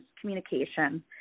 communication